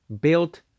Built